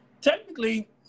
Technically